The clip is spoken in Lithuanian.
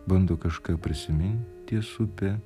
bando kažką prisimint ties upe